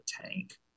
tank